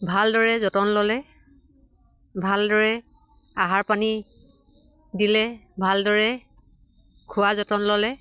ভালদৰে যতন ল'লে ভালদৰে আহাৰ পানী দিলে ভালদৰে খোৱা যতন ল'লে